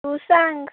तू सांग